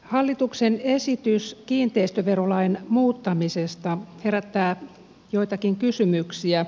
hallituksen esitys kiinteistöverolain muuttamisesta herättää joitakin kysymyksiä